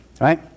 right